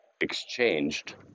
exchanged